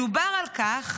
מדובר על כך